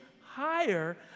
higher